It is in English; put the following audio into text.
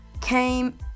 came